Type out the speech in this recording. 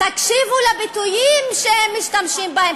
תקשיבו לביטויים שהם משתמשים בהם.